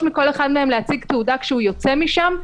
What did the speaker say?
מכל אחד מהם להציג תעודה כשהוא יוצא משם,